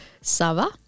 Sava